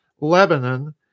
Lebanon